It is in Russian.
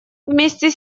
вместе